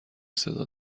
صدا